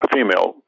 Female